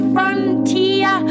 Frontier